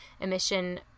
emission